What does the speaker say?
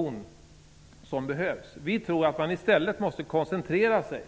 Vi tror att man för att kunna åstadkomma en synbar effekt i stället måste koncentrera sig